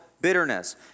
bitterness